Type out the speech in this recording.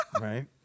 Right